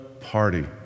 party